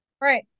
right